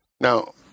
now